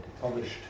Published